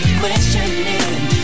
questioning